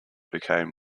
became